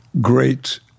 great